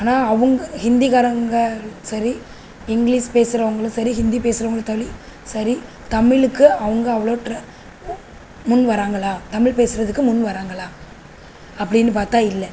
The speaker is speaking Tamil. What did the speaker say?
ஆனால் அவங்க ஹிந்திக்காரங்கள் சரி இங்கிலீஷ் பேசுகிறவங்களும் சரி ஹிந்தி பேசுகிறவங்களும் தலி சரி தமிழுக்கு அவங்க அவ்வளோ ட்ர முன் வர்றாங்களா தமிழ் பேசுகிறதுக்கு முன் வர்றாங்களா அப்படின்னு பார்த்தா இல்லை